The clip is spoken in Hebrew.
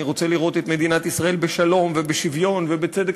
אני רוצה לראות את מדינת ישראל בשלום ובשוויון ובצדק